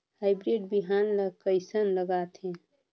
Hybrid बिहान ला कइसन लगाथे?